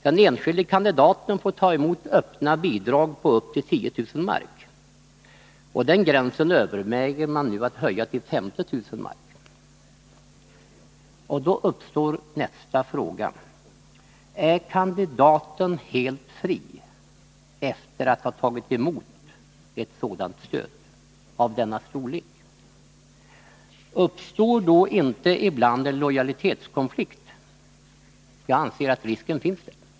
Den enskilde kandidaten får ta emot öppna bidrag på upp till 10 000 mark, och den gränsen överväger man att höja till 50 000 mark. Då uppstår följande frågor: Är kandidaten helt fri efter att ha tagit emot ett sådant stöd av denna storlek? Uppstår inte ibland en lojalitetskonflikt? Jag anser att risken finns där.